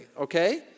Okay